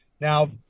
Now